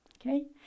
Okay